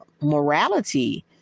morality